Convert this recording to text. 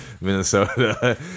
Minnesota